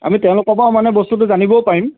আমি তেওঁলোকৰ পৰা মানে বস্তুটো জানিবও পাৰিম